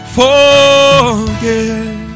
forget